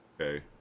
okay